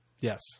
Yes